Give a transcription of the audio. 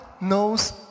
knows